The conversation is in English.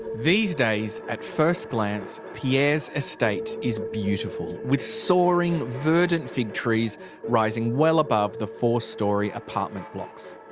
these days. at first glance, pierre's estate is beautiful, with soaring verdant fig trees rising well above the four-storey apartment blocks.